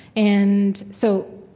and so